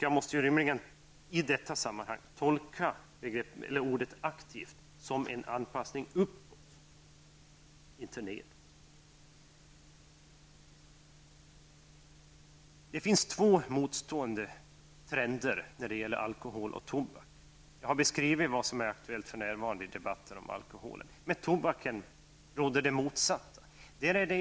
Jag måste rimligen i detta sammanhang tolka ordet aktivt som en anpassning uppåt, inte nedåt. Det finns två motstående trender när det gäller alkohol och tobak. Jag har beskrivit vad som är aktuellt för närvarande i fråga om alkohol. Beträffande tobak råder det motsatta förhållandet.